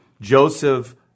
Joseph